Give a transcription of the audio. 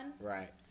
Right